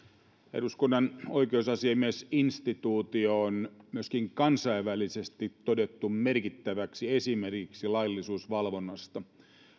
eduskunnan oikeusasiamies instituutio on myöskin kansainvälisesti todettu merkittäväksi esimerkiksi laillisuusvalvonnasta